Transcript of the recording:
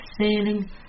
sailing